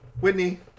Whitney